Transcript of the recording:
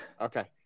Okay